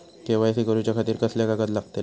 KYC करूच्या खातिर कसले कागद लागतले?